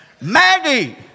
Maggie